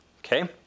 okay